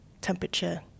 temperature